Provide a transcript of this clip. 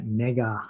mega